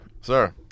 sir